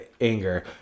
anger